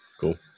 cool